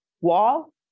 wall